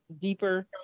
deeper